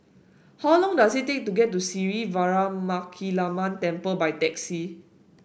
how long does it take to get to Sri Veeramakaliamman Temple by taxi